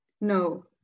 No